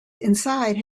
inside